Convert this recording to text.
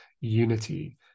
unity